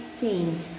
change